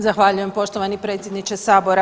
Zahvaljujem poštovani predsjedniče sabora.